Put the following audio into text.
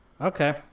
okay